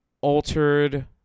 altered